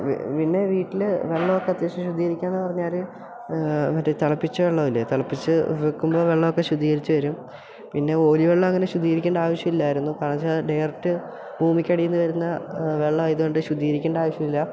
പിന്നെ വീട്ടിൽ വെള്ളം ഒക്കെ അത്യാവശ്യം ശുദ്ധീകരിക്കാന്ന് പറഞ്ഞാൽ മറ്റേ തിളപ്പിച്ച വെള്ളമില്ലേ തിളപ്പിച്ച് വെക്കുമ്പോൾ വെള്ളം ഒക്കെ ശുദ്ധീകരിച്ച് വരും പിന്നെ ഓലി വെള്ളം അങ്ങനെ ശുദ്ധീകരിക്കേണ്ട ആവശ്യം ഇല്ലായിരുന്നു കാരണം വെച്ചാൽ ഡെയറക്റ്റ് ഭൂമിക്കടീന്ന് വരുന്ന വെള്ളം ആയത് കൊണ്ട് ശുദ്ധീകരിക്കേണ്ട ആവശ്യം ഇല്ല